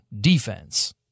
defense